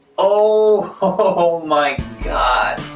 oh oh my god